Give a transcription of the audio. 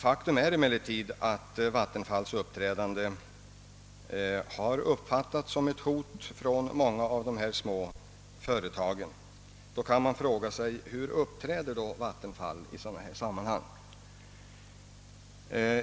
Faktum är emellertid att Vattenfalls uppträdande har uppfattats såsom ett hot av många av de berörda små företagen. Man kan då fråga sig hur Vattenfall uppträder i sådana här sammanhang.